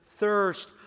thirst